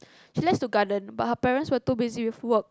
she likes to garden but her parents were to busy with work